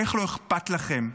איך לא אכפת לכם?